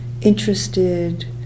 interested